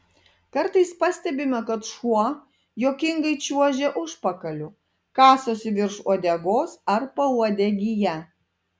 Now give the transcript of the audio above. kartais pastebime kad šuo juokingai čiuožia užpakaliu kasosi virš uodegos ar pauodegyje